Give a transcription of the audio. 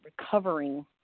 recovering